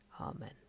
Amen